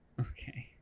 Okay